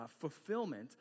fulfillment